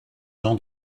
jean